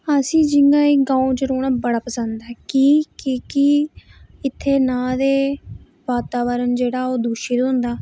असेंगी जियां एह् गांव च रौह्ना बड़ा पसंद ऐ कि के कि इत्थै ना ते वातावरण जेह्ड़ा ओह् दूशत होंदा